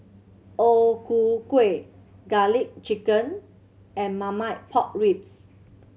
O Ku Kueh Garlic Chicken and Marmite Pork Ribs